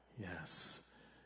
Yes